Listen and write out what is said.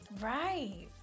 Right